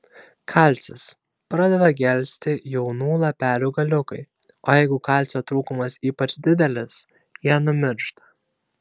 kalcis pradeda gelsti jaunų lapelių galiukai o jeigu kalcio trūkumas ypač didelis jie numiršta